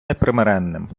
непримиренними